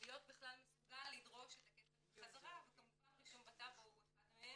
להיות בכלל מסוגל לדרוש את הכסף בחזרה וכמובן רישום בטאבו הוא אחד מהם.